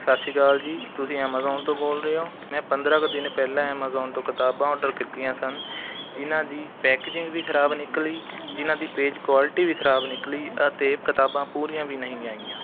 ਸਤਿ ਸ਼੍ਰੀ ਅਕਾਲ ਜੀ ਤੁਸੀਂ ਐਮਾਜ਼ੋਨ ਤੋਂ ਬੋਲ ਰਹੇ ਹੋ ਮੈਂ ਪੰਦਰਾਂ ਕੁ ਦਿਨ ਪਹਿਲਾਂ ਐਮਾਜ਼ੋਨ ਤੋਂ ਕਿਤਾਬਾਂ ਓਰਡਰ ਕੀਤੀਆਂ ਸਨ ਜਿਨ੍ਹਾਂ ਦੀ ਪੈਕੇਜਿੰਗ ਵੀ ਖਰਾਬ ਨਿਕਲੀ ਜਿਨ੍ਹਾਂ ਦੀ ਪੇਜ ਕੁਆਲਿਟੀ ਵੀ ਖਰਾਬ ਨਿਕਲੀ ਅਤੇ ਕਿਤਾਬਾਂ ਪੂਰੀਆਂ ਵੀ ਨਹੀਂ ਆਈਆਂ